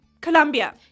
Colombia